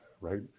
right